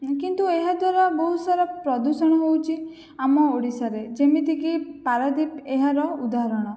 କିନ୍ତୁ ଏହାଦ୍ୱାରା ବହୁତ ସାରା ପ୍ରଦୂଷଣ ହେଉଛି ଆମ ଓଡ଼ିଶାରେ ଯେମିତିକି ପାରାଦ୍ୱୀପ ଏହାର ଉଦାହରଣ